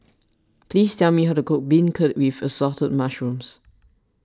please tell me how to cook Beancurd with Assorted Mushrooms